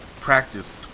practice